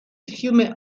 fiume